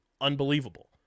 unbelievable